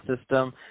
system